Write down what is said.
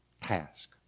task